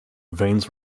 veins